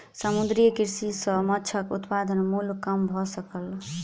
समुद्रीय कृषि सॅ माँछक उत्पादन मूल्य कम भ सकल